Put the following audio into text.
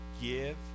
give